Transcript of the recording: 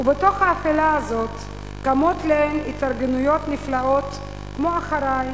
ובתוך האפלה הזאת קמות להן התארגנויות נפלאות כמו "אחרי",